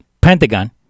Pentagon